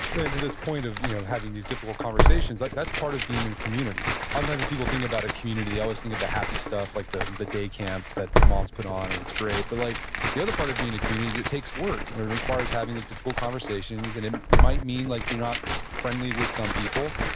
to this point of you know having these difficult conversations, like that's part of being in a community. oftentimes, when people think about a community, they always think of the happy stuff, like the the day camp that moms put on, and it's great. but like the other part of being a community is it takes work. and it requires having those difficult conversations. and it might mean like you're not friendly with some people.